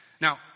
Now